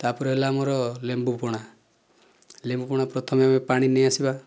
ତା'ପରେ ହେଲା ଆମର ଲେମ୍ବୁ ପଣା ଲେମ୍ବୁ ପଣା ପ୍ରଥମେ ଆମେ ପାଣି ନେଇ ଆସିବା